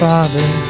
Father